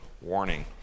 warning